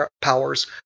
powers